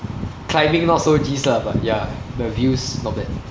climbing not so jizz lah but ya the views not bad